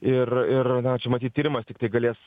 ir ir na čia matyt tyrimas tiktai galės